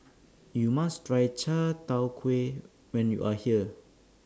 YOU must Try Chai Tow Kway when YOU Are here